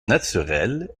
naturelle